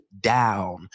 down